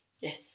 yes